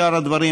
שאר הדברים,